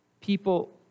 People